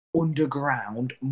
Underground